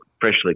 freshly